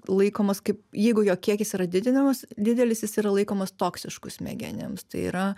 laikomas kaip jeigu jo kiekis yra didinamas didelis jis yra laikomas toksišku smegenims tai yra